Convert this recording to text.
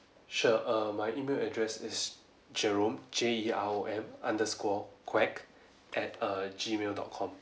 sure err my email address is jerome J E R O M underscore kuek at err gmail dot com